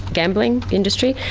gambling industry,